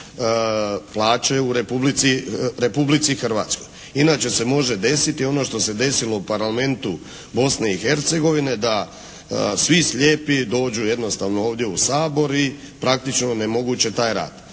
prosječne plaće u Republici Hrvatskoj. Inače se može desiti ono što se desilo u Parlamentu Bosne i Hercegovine da svi slijepi dođu jednostavno ovdje u Sabor i praktično onemoguće taj rad,